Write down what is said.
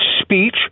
speech